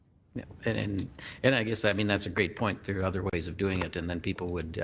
yeah and and and i guess i mean that's a great point, there are other ways of doing it and then people would